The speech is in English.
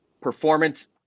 performance